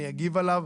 אני אגיב עליו.